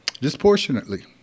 disproportionately